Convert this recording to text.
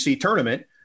tournament